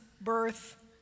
birth